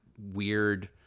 weird